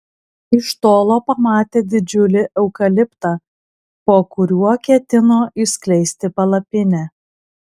iš tolo pamatė didžiulį eukaliptą po kuriuo ketino išskleisti palapinę